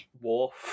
wharf